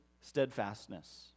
steadfastness